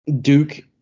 Duke